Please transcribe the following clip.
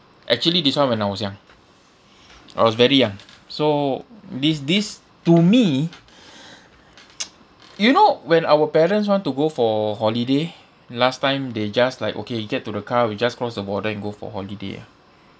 actually this [one] when I was young I was very young so this this to me you know when our parents want to go for holiday last time they just like okay you get to the car we just cross the border and go for holiday ah